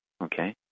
Okay